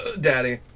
Daddy